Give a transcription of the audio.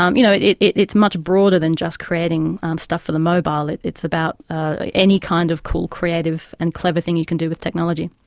um you know it's much broader than just creating stuff for the mobile, its about ah any kind of cool, creative and clever thing you can do with technology.